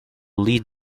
lead